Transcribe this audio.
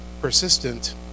persistent